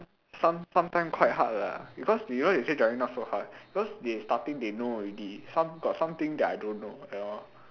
some sometime quite hard lah because you know you say driving not so hard cause they starting they know already some got some thing I don't know at all